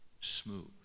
smooth